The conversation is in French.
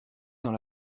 dans